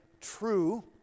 true